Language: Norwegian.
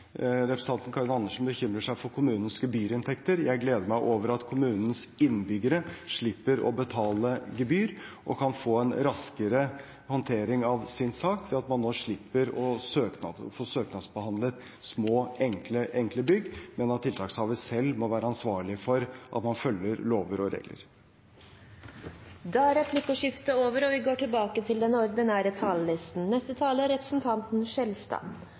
Representanten Karin Andersen bekymrer seg for kommunenes gebyrinntekter. Jeg gleder meg over at kommunens innbyggere slipper å betale gebyr og kan få en raskere håndtering av sin sak ved at man nå slipper å få søknadsbehandlet små, enkle bygg, men tiltakshaveren må selv være ansvarlig for at man følger lover og regler. Replikkordskiftet er omme. De talere som heretter får ordet, har en taletid på inntil 3 minutter. Jeg er